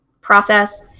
process